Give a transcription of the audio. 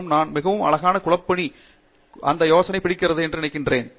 மற்றும் நான் மிகவும் அழகாக குழுப்பணி இந்த யோசனை பிடிக்கிறது என்று நினைக்கிறேன்